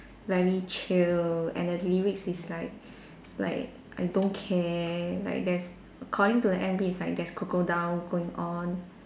very chill and the lyrics is like like I don't care like there's according to the M_V is like there's crocodile going on